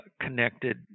connected